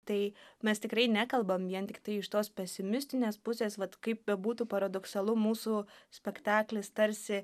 tai mes tikrai nekalbam vien tiktai iš tos pesimistinės pusės vat kaip bebūtų paradoksalu mūsų spektaklis tarsi